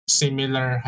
similar